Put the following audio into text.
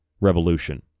revolution